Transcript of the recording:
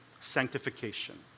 Sanctification